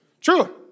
True